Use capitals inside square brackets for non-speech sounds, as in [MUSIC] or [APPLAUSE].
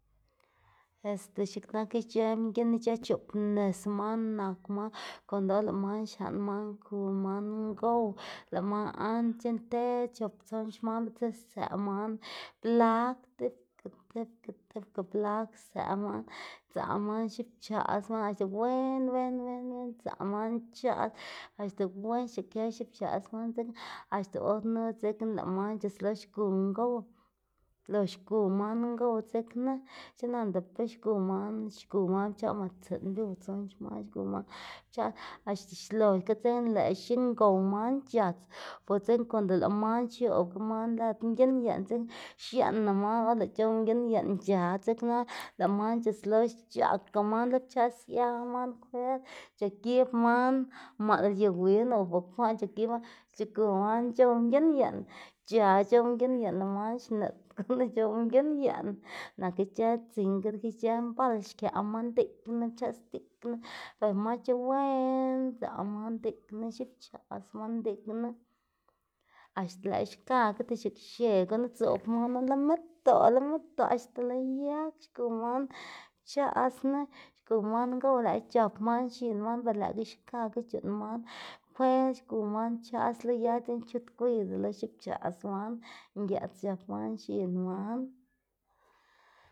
Este x̱iꞌk nak ic̲h̲ë mginn ic̲h̲ë c̲h̲oꞌb nis man nak man konga or lë man xlaꞌn man ku man ngow lëꞌ man antsc̲h̲e nter chop tson xman bitser stsëꞌ man blag tibga tibga tibga blag stsëꞌ man dzaꞌ man xipachaꞌs man axta wen wen wen wen dzaꞌ man pchaꞌs axta wen xc̲h̲ikë xipchaꞌs man dzekna axta or knu dzekna lëꞌ man c̲h̲uslo xgu ngow. Xlox xgu man ngow dzekna chut nanda be xgu man xgu man pchaꞌs mase tsiꞌn o tson xman xgu man pchaꞌs axta xloxga dzekna lëꞌ xingow man c̲h̲ats bo dzekna konga lëꞌ man x̱oꞌbaga man lëd mginn yeꞌn dzekna xiënna man or lëꞌ c̲h̲ow mginn yeꞌn c̲h̲a dzekna lëꞌ man c̲h̲uslo xc̲h̲aꞌka man lo pchaꞌs sia man fuer c̲h̲igib man maꞌl yu win o bukwaꞌn c̲h̲igib man xigu man chow mginn yeꞌn c̲h̲a c̲h̲ow mginn yeꞌn lëꞌ man xnit gunu c̲h̲ow mginn yeꞌn nak ic̲h̲ë dzingr ki ic̲h̲ë mbal xkëꞌ man diꞌk knu pchaꞌs diꞌk knu be masc̲h̲e wen dzaꞌ man diꞌk knu xipchaꞌs man diꞌk knu axta lëꞌ xkakga axta x̱iꞌkxe gunu dzoꞌb manu lo medoꞌ lo medoꞌ axta lo yag xgu man pchaꞌsnu, xgu man ngow lëꞌkga c̲h̲ap man x̱in man be lëꞌkga xkakga c̲h̲uꞌnn man fuer xgu man pchaꞌs lo yag dzekna chut gwiyda lo xipchaꞌs man, ngëꞌts c̲h̲ap man x̱in man. [NOISE]